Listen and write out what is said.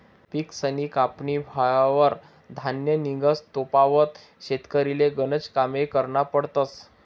पिकसनी कापनी व्हवावर धान्य निंघस तोपावत शेतकरीले गनज कामे करना पडतस